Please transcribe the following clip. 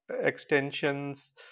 extensions